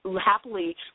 happily